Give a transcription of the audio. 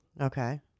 Okay